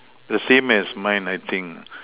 the same as mine I think